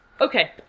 Okay